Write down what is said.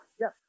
Yes